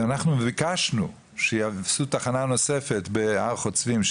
ואנחנו ביקשנו שיעשו תחנה נוספת בהר חוצבים,